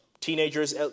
teenagers